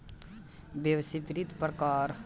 वेश्यावृत्ति पर कर चुकवला से कानूनी मान्यता मिल जाला